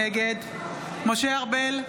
נגד משה ארבל,